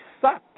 sucked